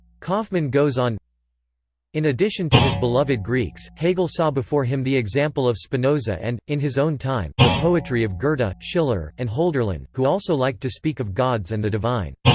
kaufmann goes on in addition to his beloved greeks, hegel saw before him the example of spinoza and, in his own time, the poetry of goethe, but schiller, and holderlin, who also liked to speak of gods and the divine.